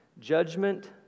judgment